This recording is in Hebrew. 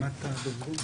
(היו"ר איתן גינזבורג,